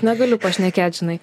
negaliu pašnekėt žinai